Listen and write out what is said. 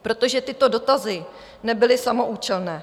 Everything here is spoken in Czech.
Protože tyto dotazy nebyly samoúčelné.